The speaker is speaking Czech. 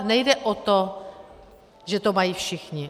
Nejde o to, že to mají všichni.